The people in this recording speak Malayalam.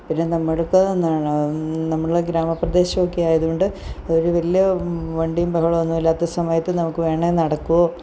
പിന്നെ നമ്മുടെ അടുക്ക് എന്താണ് നമ്മള ഗ്രാമപ്രദേശം ഒക്കെ ആയതുകൊണ്ട് വലിയ വണ്ടിയും ബഹളം ഒന്നുമില്ലാത്ത സമയത്ത് നമുക്ക് വേണമെങ്കിൽ നടക്കുവോ